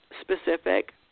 specific